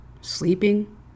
sleeping